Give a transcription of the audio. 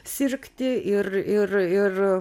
sirgti ir ir ir